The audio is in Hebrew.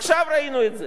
עכשיו ראינו את זה,